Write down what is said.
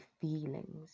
feelings